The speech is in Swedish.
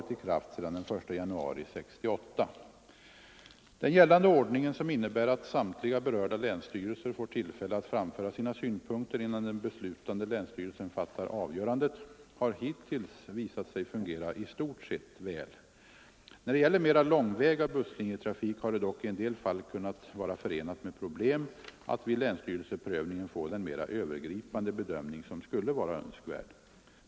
Den gällande ordningen — som innebär att samtliga berörda länsstyrelser får tillfälle att framföra sina synpunkter innan den beslutande länsstyrelsen fattar avgörandet — har hittills visat sig fungera i stort sett väl. När det gäller mera långväga busslinjetrafik har det dock i en del fall kunnat vara förenat med problem att vid länsstyrelseprövningen få den mera övergripande bedömning som skulle vara önskvärd.